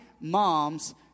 moms